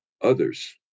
others